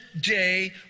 day